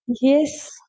Yes